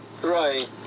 Right